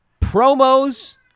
promos